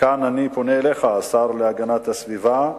כאן אני פונה אליך, השר להגנת הסביבה,